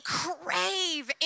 crave